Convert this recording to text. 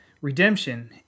redemption